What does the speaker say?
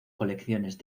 colecciones